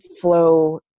flow